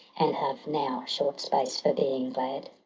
and have now short space for being glad!